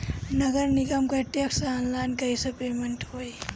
नगर निगम के टैक्स ऑनलाइन कईसे पेमेंट होई?